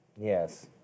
Yes